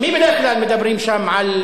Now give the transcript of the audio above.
מי בדרך כלל מדברים שם על,